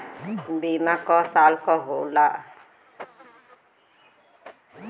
बीमा क साल क होई?